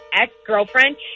ex-girlfriend